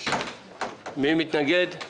מי מתנגד?